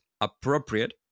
appropriate